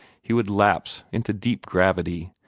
he would lapse into deep gravity,